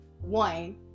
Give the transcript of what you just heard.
one